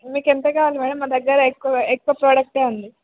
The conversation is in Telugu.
మీకు ఎంత కావాలి మేడం మా దగ్గర ఎక్కువ ఎక్కువ ప్రాడక్ట్ ఏ ఉంది